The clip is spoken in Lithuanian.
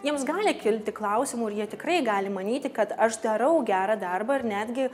jiems gali kilti klausimų ir jie tikrai gali manyti kad aš darau gerą darbą ir netgi